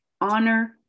honor